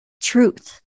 truth